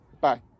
bye